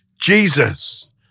Jesus